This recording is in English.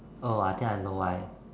oh I think I know why